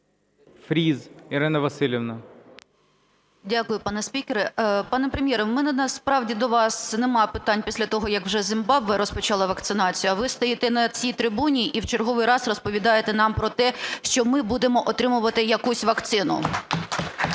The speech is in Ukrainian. Дякую, пане спікере. Пане Прем’єре, в мене насправді до вас немає питань після того як вже Зімбабве розпочало вакцинацію, а ви стоїте на цій трибуні і в черговий раз розповідаєте нам про те, що ми будемо отримувати якусь вакцину.